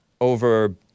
over